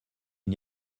n’y